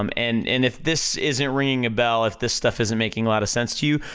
um and, and if this isn't ringing a bell, if this stuff isn't making a lot of sense to you,